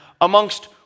amongst